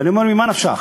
ואני אומר, ממה נפשך?